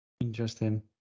Interesting